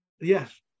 yes